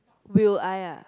will I ah